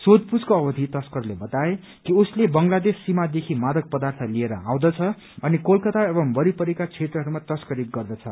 सोषपूछको अवधि तस्करले बताए कि उसले बंग्लादेश सीमादेखि मारक पदार्य लिएर आउँदछ अनि कलकता एवं वरिपरिका क्षेत्रहरूमा तस्करी गर्दछ